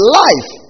life